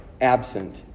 absent